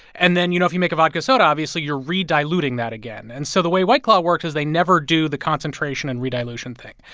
and then, you know, if you make a vodka soda, obviously you're re-diluting that again and so the way white claw works is they never do the concentration and re-dilution thing.